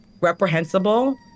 reprehensible